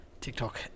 TikTok